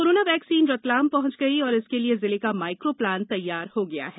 corona vaccine Ratlam पहुंच गई है और इसके लिए जिले का माइक्रो प्लान तैयार हो गया है